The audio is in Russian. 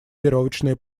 веревочные